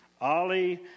Ali